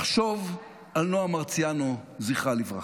לחשוב על נועה מרציאנו, זכרה לברכה.